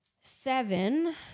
seven